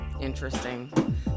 Interesting